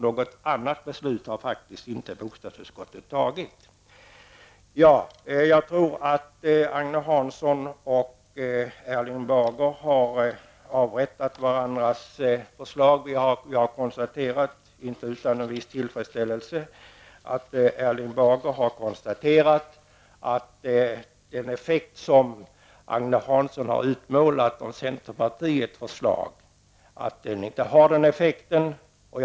Något annat beslut har bostadsutskottet inte fattat. Jag tror att Agne Hansson och Erling Bager har avrättat varandras förslag. Vi har konstaterat, inte utan en viss tillfredsställelse, att Erling Bager har fastslagit att den effekt som Agne Hansson har utmålat av centerpartiets förslag inte stämmer överens med vår uppfattning.